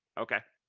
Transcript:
okay.